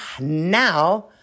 now